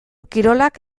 kirolak